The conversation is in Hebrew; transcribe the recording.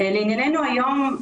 לענייננו היום.